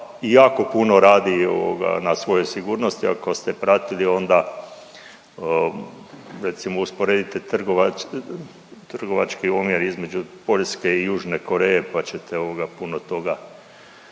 jako puno radi ovoga, na svojoj sigurnosti, ako ste pratili, onda, recimo, usporedite trgovački omjer između Poljske i Južne Koreje, pa ćete ovoga,